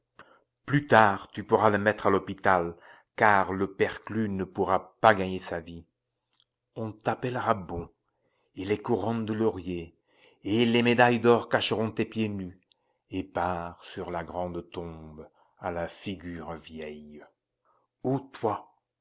plus tard tu pourras le mettre à l'hôpital car le perclus ne pourra pas gagner sa vie on t'appellera bon et les couronnes de laurier et les médailles d'or cacheront tes pieds nus épars sur la grande tombe à la figure vieille o toi